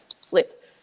flip